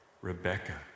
Rebecca